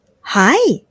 Hi